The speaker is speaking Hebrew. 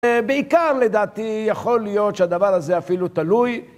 בעיקר לדעתי יכול להיות שהדבר הזה אפילו תלוי